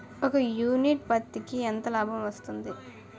ఒక యూనిట్ పత్తికి ఎంత లాభం వస్తుంది?